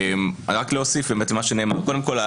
קודם כל,